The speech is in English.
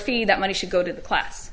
fee that money should go to the class